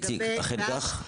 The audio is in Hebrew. איציק, זה אכן כך?